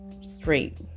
straight